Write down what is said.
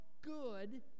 good